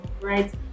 right